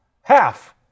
Half